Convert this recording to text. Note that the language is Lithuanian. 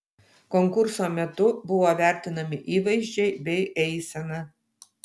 konkurso metu buvo vertinami įvaizdžiai bei eisena